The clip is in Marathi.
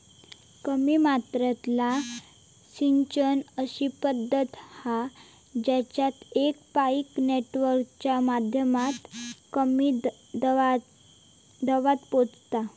कमी मात्रेतला सिंचन अशी पद्धत हा जेच्यात एक पाईप नेटवर्कच्या माध्यमातना कमी दबावात पोचता